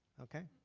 okay.